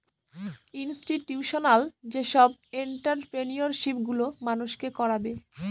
institutional যেসব entrepreneurship গুলো মানুষকে করাবে